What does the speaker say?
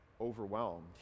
overwhelmed